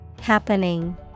Happening